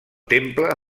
temple